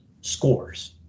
scores